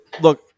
look